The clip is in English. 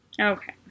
okay